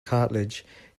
cartilage